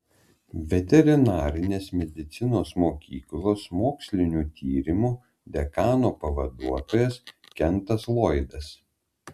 veterinarinės medicinos mokyklos mokslinių tyrimų dekano pavaduotojas kentas loydas